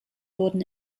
wurden